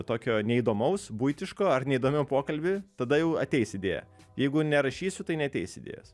tokio neįdomaus buitiško ar neįdomiam pokalby tada jau ateis idėja jeigu nerašysiu tai neateis idėjos